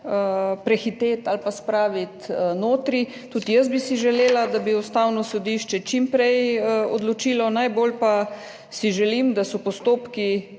prehiteti ali pa spraviti notri. Tudi jaz bi si želela, da bi Upravno sodišče čim prej odločilo, najbolj pa si želim, da so bili postopki